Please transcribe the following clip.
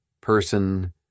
person